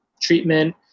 treatment